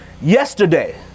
yesterday